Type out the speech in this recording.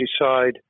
decide